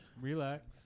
Relax